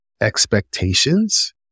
expectations